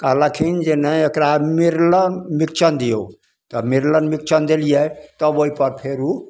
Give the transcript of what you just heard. कहलखिन जे नहि एकरा मिर्लन मिक्चण दियौ तऽ मिर्लन मिक्चण देलियै तब ओइपर फेर उ